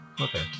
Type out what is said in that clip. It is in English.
okay